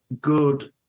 good